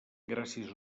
gràcies